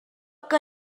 que